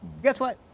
guess what?